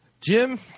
jim